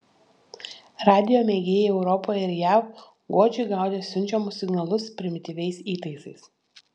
radijo mėgėjai europoje ir jav godžiai gaudė siunčiamus signalus primityviais įtaisais